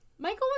Michael